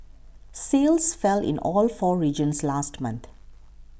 sales fell in all four regions last month